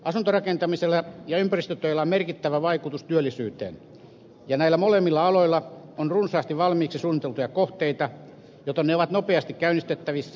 asuntorakentamisella ja ympäristötöillä on merkittävä vaikutus työllisyyteen ja näillä molemmilla aloilla on runsaasti valmiiksi suunniteltuja kohteita joten ne ovat nopeasti käynnistettävissä